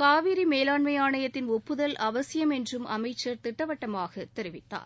காவிரி மேலாண்மை ஆணையத்தின் ஒப்புதல் அவசியம் என்றும் அமைச்சர் திட்டவட்டமாக தெரிவித்தார்